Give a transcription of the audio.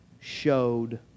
showed